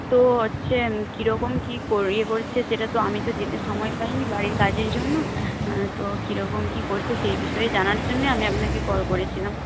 তো হচ্ছে কীরকম কী ইয়ে করছে সেটা আমি তো যেতে সময় পাইনি বাড়ির কাজের জন্য তো কীরকম কী করছে সেই বিষয়ে জানার জন্য আমি আপনাকে কল করেছিলাম